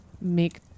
make